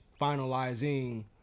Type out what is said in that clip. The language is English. finalizing